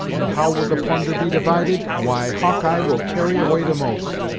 and how will the plunder be divided? why, hawkeye, will carry away the most,